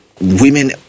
Women